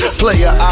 player